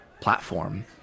platform